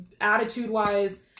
attitude-wise